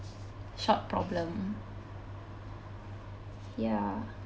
short problem ya